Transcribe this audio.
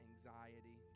anxiety